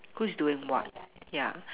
whose doing what ya